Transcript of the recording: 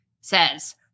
says